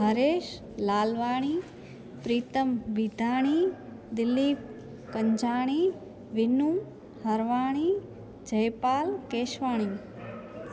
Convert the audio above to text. Haresh Lalwani Pritam Bitani Dilip Kanjhani Vinu Harwani Jaipal Keswani